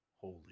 holy